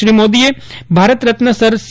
શ્રી મોદીએ Bharat Ratna sir C